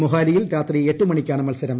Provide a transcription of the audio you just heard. മൊഹാലിയിൽ രാത്രി എട്ട് മണിക്കാണ് മത്സരം